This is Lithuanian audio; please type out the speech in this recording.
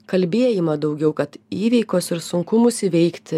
kalbėjimą daugiau kad įveikos ir sunkumus įveikti